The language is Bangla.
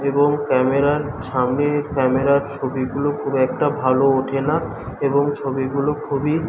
এবং ক্যামেরার সামনে ক্যামেরার ছবিগুলো খুব একটা ভালো ওঠে না এবং ছবিগুলো খুবই